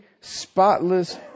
spotless